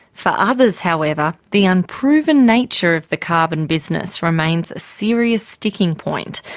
for others, however, the unproven nature of the carbon business remains a serious sticking point.